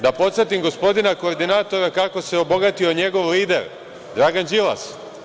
Da podsetim gospodina koordinatora kako se obogatio njegov lider Dragan Đilas.